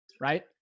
Right